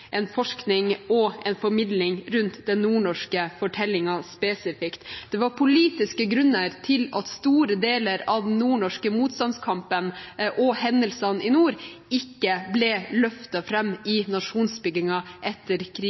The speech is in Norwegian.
en forskning på og en formidling av den nordnorske fortellingen spesifikt. Det var politiske grunner til at store deler av den nordnorske motstandskampen og hendelsene i nord ikke ble løftet fram i nasjonsbyggingen etter krigen.